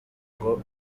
ngo